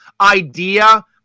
idea